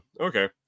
Okay